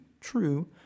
true